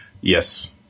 Yes